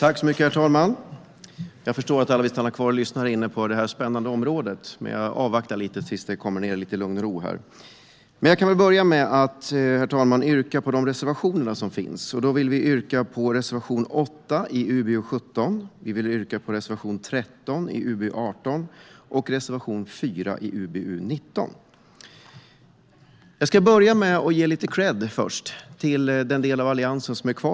Skolväsendet - grund-läggande om utbild-ningen, Skolväsendet - lärare och elever och Skolväsendet - över-gripande skolfrågor Herr talman! Jag yrkar bifall till reservation 8 i UbU17, reservation 13 i UbU18 och reservation 4 i UbU19. Låt mig ge lite kredd till Alliansen.